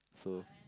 so